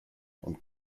und